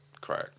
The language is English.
crack